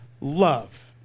love